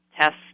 tests